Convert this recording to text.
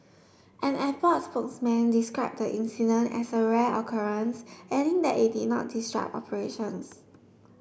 an airport spokesman described incident as a rare occurrence adding that it did not disrupt operations